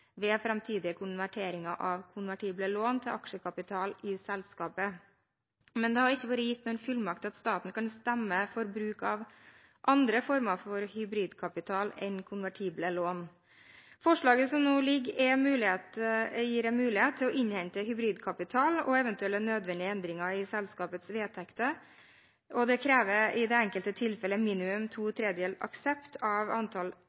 ved framtidige konverteringer av konvertible lån til aksjekapital i selskapet. Men det har ikke vært gitt noen fullmakt til at staten kan stemme for bruk av andre former for hybridkapital enn konvertible lån. Forslaget som nå ligger, om mulighet til å innhente hybridkapital og eventuelle nødvendige endringer i selskapets vedtekter, krever i det enkelte tilfelle minimum to tredjedeler aksept av antall